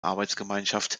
arbeitsgemeinschaft